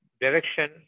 direction